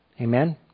Amen